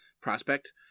prospect